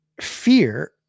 Fear